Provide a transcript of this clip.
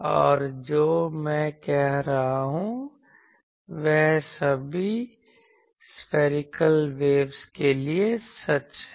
और जो मैं कह रहा हूं वह सभी सफैरीकल वेव के लिए सच है